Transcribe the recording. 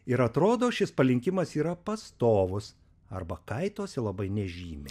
ir atrodo šis palinkimas yra pastovus arba kaikosi labai nežymiai